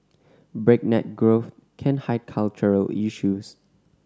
breakneck growth can hide cultural issues